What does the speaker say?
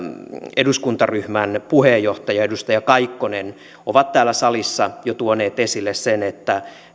eduskuntaryhmän puheenjohtaja edustaja kaikkonen ovat täällä salissa jo tuoneet esille sen että